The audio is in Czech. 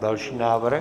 Další návrh.